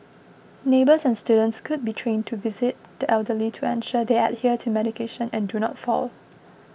neighbours and students could be trained to visit the elderly to ensure they adhere to medication and do not fall